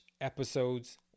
episodes